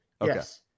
Yes